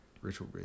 Rachel